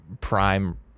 Prime